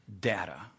data